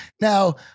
Now